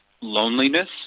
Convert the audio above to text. loneliness